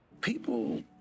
People